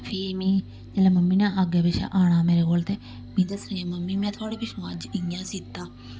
फ्ही में जेल्लै मम्मी ने अग्गें पिच्छें आना मेरे कोल ते मिगी दस्सने मम्मी में थुआढ़े पिच्छुआं अज्ज इ'यां सीता